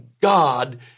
God